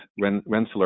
Rensselaer